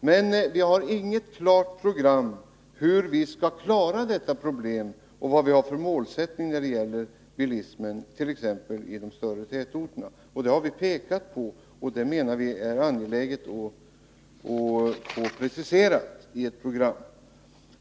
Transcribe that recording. Men vi har inget klart program för att klara problemen. Det finns ingen målsättning för bilismen, t.ex. i de större tätorterna. Det har vi pekat på, och vi menar att det är angeläget att få ett preciserat program.